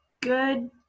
good